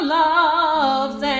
loves